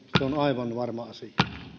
se on aivan varma asia